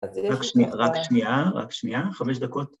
רק שנייה, רק שנייה, רק שנייה, חמש דקות.